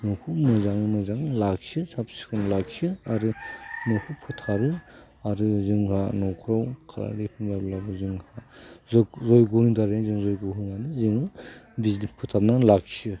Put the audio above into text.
न'खौ मोजाङै मोजां लाखियो साब सिखोन लाखियो आरो न'खौ फोथारो आरो जोंहा न'खौ खालामो खालामाब्लाबो जोङो जग्यनि दारै जों जय्ग होनानै जों बिदि फोथारना लाखियो